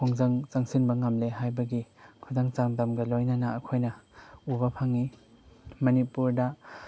ꯈꯣꯡꯖꯪ ꯆꯪꯁꯤꯟꯕ ꯉꯝꯂꯦ ꯍꯥꯏꯕꯒꯤ ꯈꯨꯗꯝ ꯆꯥꯡꯗꯝꯒ ꯂꯣꯏꯅꯅ ꯑꯩꯈꯣꯏꯅ ꯎꯕ ꯐꯪꯏ ꯃꯅꯤꯄꯨꯔꯗ